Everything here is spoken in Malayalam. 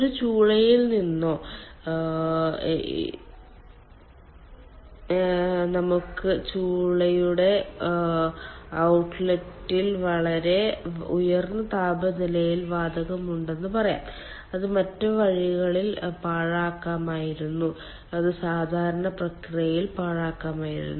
ഒരു ചൂളയിൽ നിന്നോ ഇൻസിനറേറ്ററിൽ നിന്നോ നമുക്ക് ചൂളയുടെ ഔട്ട്ലെറ്റിൽ വളരെ ഉയർന്ന താപനിലയുള്ള വാതകമുണ്ടെന്ന് പറയാം അത് മറ്റ് വഴികളിൽ പാഴാക്കാമായിരുന്നു അത് സാധാരണ പ്രക്രിയയിൽ പാഴാക്കാമായിരുന്നു